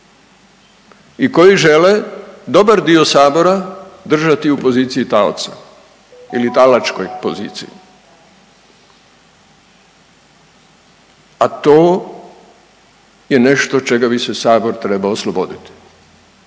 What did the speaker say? i koji žele dobar dio Sabora držati u poziciji taoca ili talačkoj poziciji, a to je nešto čega bi se Sabor trebao osloboditi.